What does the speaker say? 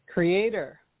Creator